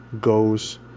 goes